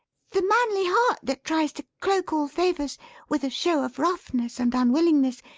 the manly heart that tries to cloak all favours with a show of roughness and unwillingness,